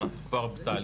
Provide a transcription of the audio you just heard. אנחנו כבר בתהליכים,